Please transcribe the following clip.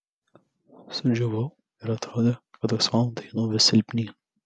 sudžiūvau ir atrodė kad kas valandą einu vis silpnyn